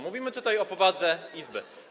Mówimy tutaj o powadze Izby.